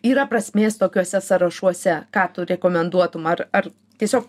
yra prasmės tokiuose sąrašuose ką tu rekomenduotum ar ar tiesiog